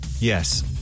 Yes